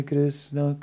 Krishna